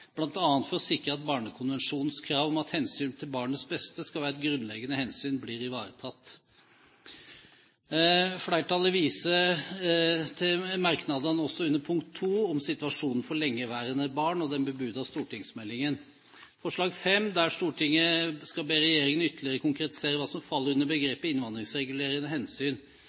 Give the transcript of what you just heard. bl.a. for å sikre at Barnekonvensjonens krav om at hensynet til at barnets beste skal være et grunnleggende hensyn, blir ivaretatt. Flertallet viser også i sine merknader til forslag 2 til situasjonen for lengeværende barn og den bebudede stortingsmeldingen. «Forslag 5: Stortinget ber regjeringen ytterligere konkretisere hva som faller under begrepet «innvandringsregulerende hensyn»»